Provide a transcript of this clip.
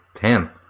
ten